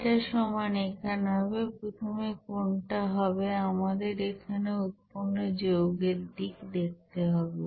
এটা সমান এখানে হবে প্রথমে কোনটা হবে আমাদের এখানে উৎপন্ন যৌগের দিক দেখতে হবে